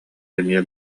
эмиэ